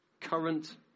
Current